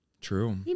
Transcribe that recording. True